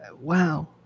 wow